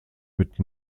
mit